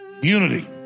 unity